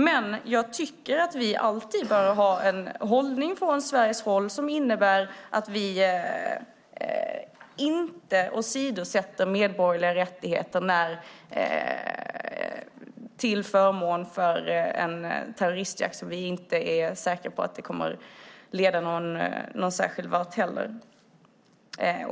Men jag tycker att vi alltid bör ha en hållning från Sveriges sida som innebär att vi inte åsidosätter medborgerliga rättigheter till förmån för en terroristjakt som vi inte är säkra på kommer att leda någon vart.